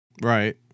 Right